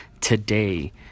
today